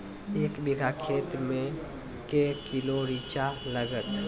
एक बीघा खेत मे के किलो रिचा लागत?